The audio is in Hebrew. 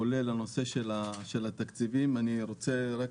כולל נושא התקציבים, אני רוצה לומר רק